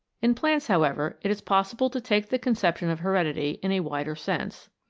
in plants, however, it is possible to take the conception of heredity in a wider sense.